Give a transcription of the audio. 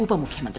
ഉപമുഖ്യമന്ത്രി